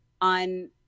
on